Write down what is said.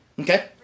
Okay